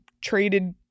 traded